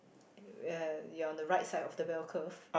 uh you are on the right side of the bell curve